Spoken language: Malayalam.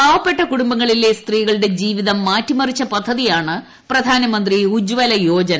പാവപ്പെട്ട കുടുംബങ്ങ ളിലെ സ്ത്രീകളുടെ ജീവിതം മാറ്റിമറിച്ച പദ്ധതിയാണ് പ്രധാന മന്ത്രി ഉജല യോജന